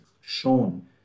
shown